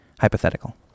hypothetical